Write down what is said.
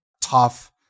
tough